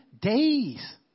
days